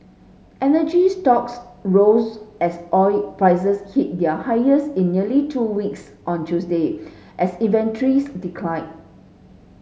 energy stocks rose as oil prices hit their highest in nearly two weeks on Tuesday as inventories declined